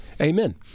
amen